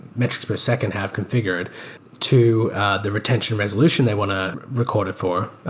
metrics per second have configured to the retention resolution they want to record it for,